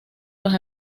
los